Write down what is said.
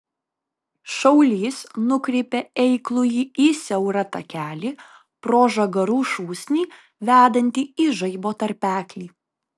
šaulys nukreipė eiklųjį į siaurą takelį pro žagarų šūsnį vedantį į žaibo tarpeklį